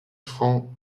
francs